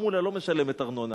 החמולה לא משלמת ארנונה